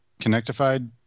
connectified